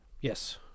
Yes